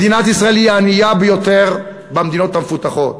מדינת ישראל היא הענייה ביותר במדינות המפותחות,